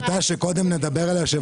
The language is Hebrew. טיוטה שקודם נדבר עליה.